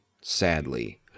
sadly